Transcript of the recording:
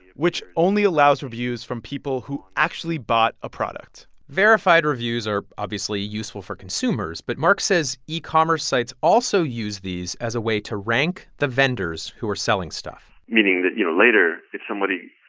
which only allows reviews from people who actually bought a product verified reviews are obviously useful for consumers. but mark says e-commerce sites also use these as a way to rank the vendors who are selling stuff meaning that, you know, later, if somebody,